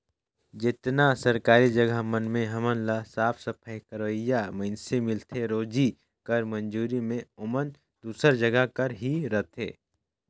जेतना सरकारी जगहा मन में हमन ल साफ सफई करोइया मइनसे मिलथें रोजी कर मंजूरी में ओमन दूसर जगहा कर ही रहथें